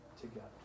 together